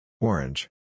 Orange